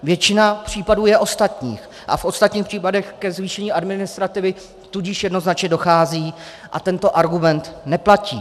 Většina případů je ostatních a v ostatních případech ke zvýšení administrativy tudíž jednoznačně dochází a tento argument neplatí.